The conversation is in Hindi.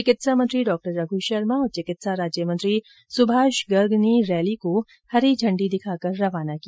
चिकित्सा मंत्री डॉ रघु शर्मा और चिकित्सा राज्य मंत्री सुभाष गर्ग ने रैली को हरी झंडी दिखाकर रवाना किया